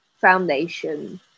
foundation